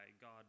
God